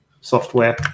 software